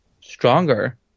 stronger